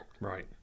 right